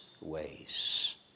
ways